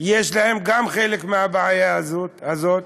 יש להם חלק מהבעיה הזאת,